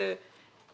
אני